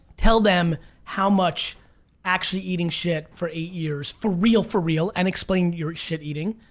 tell them how much actually eating shit for eight years for real, for real and explain your shit eating,